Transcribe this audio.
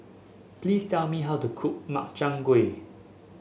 please tell me how to cook Makchang Gui